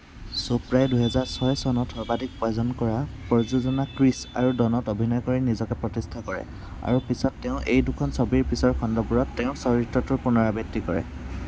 চোপ্ৰাই দুই হেজাৰ ছয় চনত সৰ্বাধিক পয়জন কৰা প্ৰযোজনা ক্ৰিছ আৰু ডনত অভিনয় কৰি নিজকে প্ৰতিষ্ঠা কৰে আৰু পিছত তেওঁ এই দুখন ছবিৰ পিছৰ খণ্ডবোৰত তেওঁৰ চৰিত্ৰটোৰ পুনৰাবৃত্তি কৰে